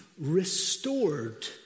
restored